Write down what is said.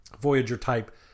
Voyager-type